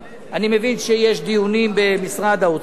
אני מבין שיש דיונים במשרד האוצר.